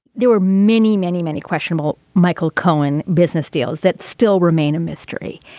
there were many, many, many questionable. michael cohen, business deals that still remain a mystery.